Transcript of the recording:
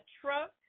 truck